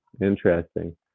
interesting